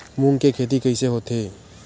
मूंग के खेती कइसे होथे?